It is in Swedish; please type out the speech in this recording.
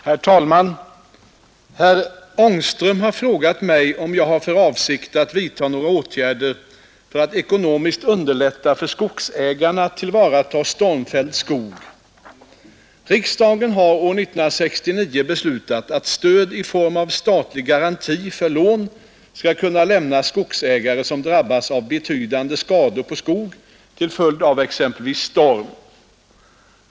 Herr talman! Herr Angström har frågat mig, om jag har för avsikt att vidtaga några åtgärder för att ekonomiskt underlätta för skogsägarna att tillvarataga stormfälld skog. Riksdagen har år 1969 beslutat att stöd i form av statlig garanti för lån skall kunna lämnas skogsägare som drabbas av betydande skador på skog till följd av exempelvis storm.